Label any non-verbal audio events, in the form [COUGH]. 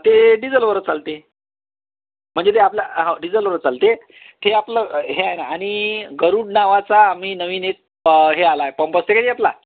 ते डिझेलवरच चालते म्हणजे ते आपलं हो डिझेलवरच चालते ते आपलं हे आहे ना आणि गरूड नावाचा आम्ही नवीन एक हे आला आहे पंप असते [UNINTELLIGIBLE] आपला